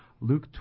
Luke